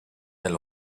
elle